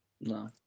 No